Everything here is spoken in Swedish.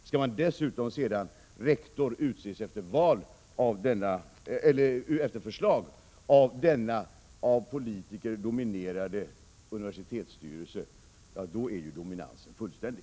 Skall dessutom rektor utses efter förslag av denna av politiker dominerade universitetsstyrelse, är dominansen fullständig.